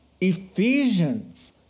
Ephesians